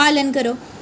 पालन करो